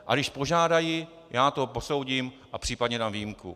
A když požádají, já to posoudím a případně dám výjimku.